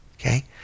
Okay